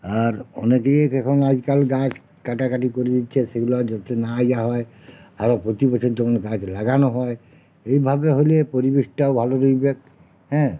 আর অনেকেই এখন আজকাল গাছ কাটাকাটি করে দিচ্ছে সেগুলো যাতে না ইয়ে হয় আরও প্রতি বছর যেমন গাছ লাগানো হয় এইভাবে হলে পরিবেশটাও ভালো রইবে হ্যাঁ